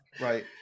right